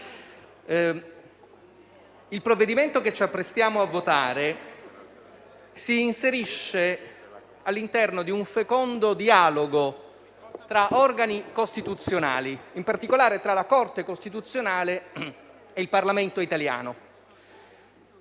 il provvedimento che ci apprestiamo a votare si inserisce all'interno di un fecondo dialogo tra organi costituzionali, in particolare tra la Corte costituzionale e il Parlamento italiano.